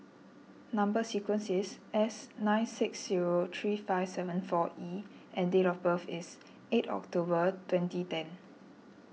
Number Sequence is S nine six zero three five seven four E and date of birth is eight October twenty ten